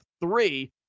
three